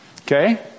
Okay